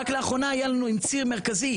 רק לאחרונה היו צריכים לפרק ציר מרכזי,